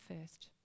first